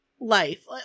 life